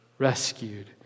rescued